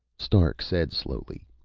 stark said slowly,